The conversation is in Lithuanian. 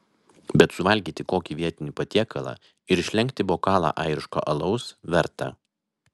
bet suvalgyti kokį vietinį patiekalą ir išlenkti bokalą airiško alaus verta